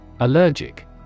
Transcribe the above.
Allergic